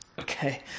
Okay